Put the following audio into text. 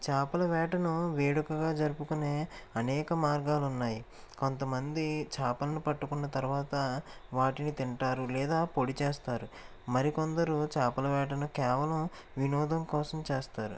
చేపల వేటను వేడుకగా జరుపుకొనే అనేక మార్గాలు ఉన్నాయి కొంతమంది చేపలను పట్టుకున్న తర్వాత వాటిని తింటారు లేదా పొడిచేస్తారు మరికొందరు కొంతమంది చేపల వేటను కేవలం వినోదం కోసం చేస్తారు